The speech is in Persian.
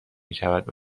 میشود